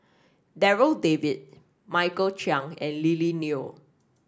Darryl David Michael Chiang and Lily Neo